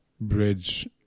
bridge